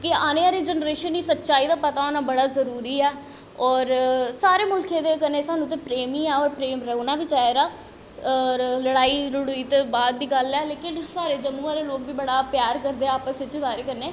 कि औने आह्ली जनरेशन गी सच्चाई दा पता होना बड़ा जरूरी ऐ होर सारे मुल्खें दे कन्नै सानूं ते प्रेम गै ऐ होर प्रेम रौह्ना बी चाहिदा होर लड़ाई लड़ुई ते बाद दी गल्ल ऐ लेकिन साढ़े जम्मू आह्ले लोग बी बड़ा प्यार करदे आपस च सारें कन्नै